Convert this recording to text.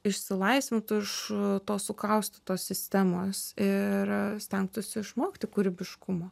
išsilaisvintų iš tos sukaustytos sistemos ir stengtųsi išmokti kūrybiškumo